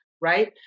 right